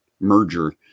merger